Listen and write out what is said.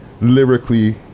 lyrically